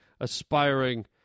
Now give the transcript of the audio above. aspiring